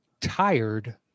tired